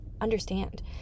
understand